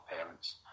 parents